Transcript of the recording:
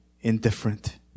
indifferent